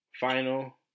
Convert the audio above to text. final